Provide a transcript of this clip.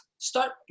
Start